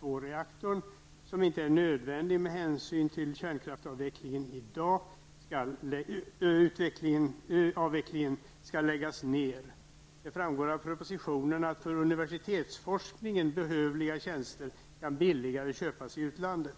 reaktorn, som inte är nödvändig med hänsyn till kärnkraftsavvecklingen skall läggas ned. Det framgår av propositionen att för universitetsforskningen behövliga tjänster billigare kan köpas i utlandet.